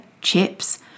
chips